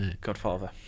Godfather